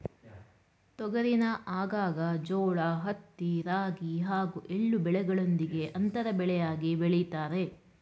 ತೊಗರಿನ ಆಗಾಗ ಜೋಳ ಹತ್ತಿ ರಾಗಿ ಹಾಗೂ ಎಳ್ಳು ಬೆಳೆಗಳೊಂದಿಗೆ ಅಂತರ ಬೆಳೆಯಾಗಿ ಬೆಳಿತಾರೆ